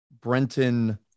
Brenton